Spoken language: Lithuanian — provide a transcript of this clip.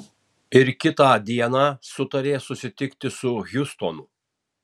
ir kitą dieną sutarė susitikti su hjustonu